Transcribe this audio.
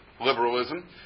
liberalism